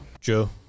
Joe